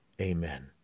amen